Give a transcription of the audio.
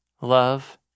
love